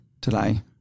today